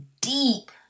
deep